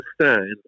understand